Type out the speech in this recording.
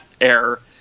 error